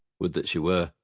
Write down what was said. would that she were!